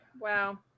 Wow